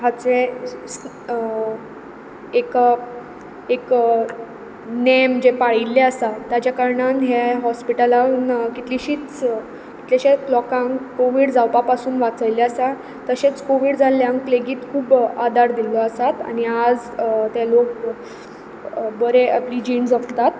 हाचें एक एक नेम जे पाळिल्ले आसा ताच्या कारणान हे हॉस्पितलान कितलीशीच कितलेशेच लोकांक कॉवीड जावपा पासून वाचयल्लें आसा तशेंच कॉवीड जाल्ल्यांक आदार दिल्लो आसा आनी आयज ते लोक बरे आपली जीण जगतात